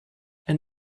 and